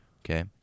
okay